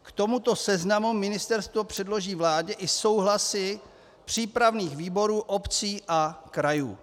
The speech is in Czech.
K tomuto seznamu ministerstvo předloží vládě i souhlasy přípravných výborů obcí a krajů.